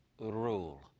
rule